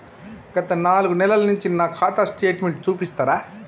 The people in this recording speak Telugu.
గత నాలుగు నెలల నుంచి నా ఖాతా స్టేట్మెంట్ చూపిస్తరా?